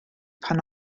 pan